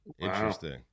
Interesting